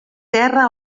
terra